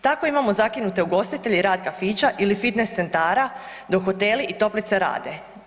Tako imamo zakinute ugostitelje i rad kafića ili fitnes centara, dok hoteli i toplice rade.